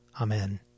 Amen